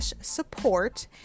support